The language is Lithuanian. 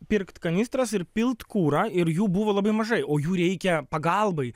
pirkt kanistras ir pilt kurą ir jų buvo labai mažai o jų reikia pagalbai